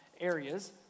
areas